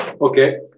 Okay